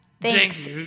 thanks